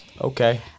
Okay